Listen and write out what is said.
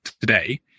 today